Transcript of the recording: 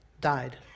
died